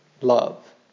love